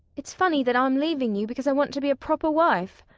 it's funny that i'm leaving you because i want to be a proper wife.